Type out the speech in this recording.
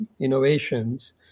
innovations